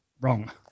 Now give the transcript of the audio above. Wrong